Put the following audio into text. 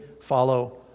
follow